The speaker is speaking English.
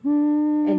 mm